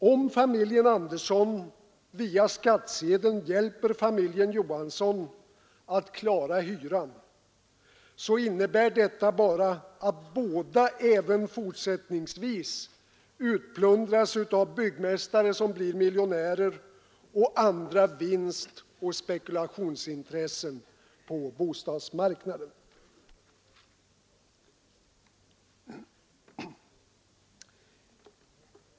Om familjen Andersson via 55 skattsedeln hjälper familjen Johansson att klara hyran, så innebär detta bara att båda även fortsättningsvis utplundras av byggmästare som blir miljonärer och andra företrädare för vinstoch spekulationsintressen på bostadsmarknaden.